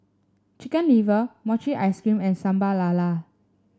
Chicken Liver Mochi Ice Cream and Sambal Lala